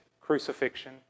crucifixion